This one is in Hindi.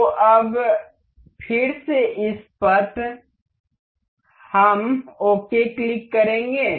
तो अब फिर से इस पथ हम ओके क्लिक करेंगे